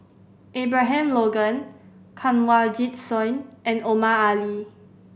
Abraham Logan Kanwaljit Soin and Omar Ali